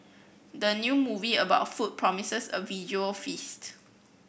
the new movie about food promises a visual feast